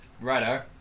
Righto